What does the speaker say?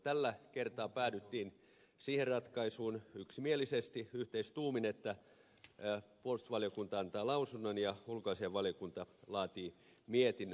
tällä kertaa päädyttiin siihen ratkaisuun yksimielisesti yhteistuumin että puolustusvaliokunta antaa lausunnon ja ulkoasiainvaliokunta laatii mietinnön